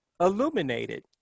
Illuminated